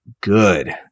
good